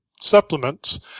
supplements